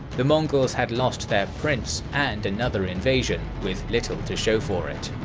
the mongols had lost their prince and another invasion, with little to show for it.